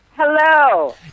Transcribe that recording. Hello